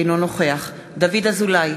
אינו נוכח דוד אזולאי,